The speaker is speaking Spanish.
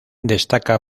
destaca